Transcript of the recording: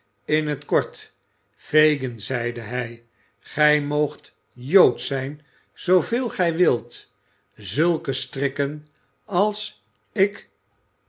in t kort fagin zeide hij gij moogt jood zijn zooveel gij wilt zulke strikken als ik